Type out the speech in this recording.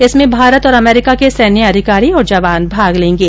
इसमें भारत और अमेरिका के सैन्य अधिकारी और जवान भाग लेंगे